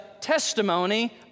testimony